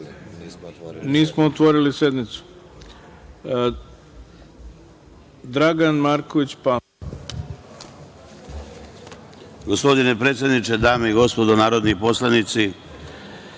nismo otvorili sednicu. Reč